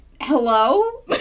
Hello